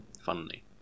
funnily